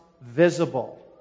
visible